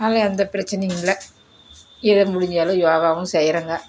அதில் எந்த பிரச்சனையும் இல்லை இதை முடிஞ்ச அளவு யோகாவும் செய்கிறேங்க